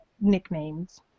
nicknames